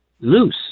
loose